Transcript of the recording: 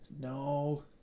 No